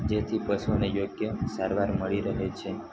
જેથી પશુઓને યોગ્ય સારવાર મળી રહે છે